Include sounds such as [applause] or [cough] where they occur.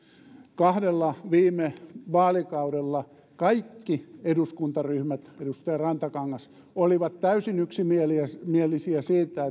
kahdella viime vaalikaudella kaikki eduskuntaryhmät edustaja rantakangas olivat täysin yksimielisiä yksimielisiä siitä [unintelligible]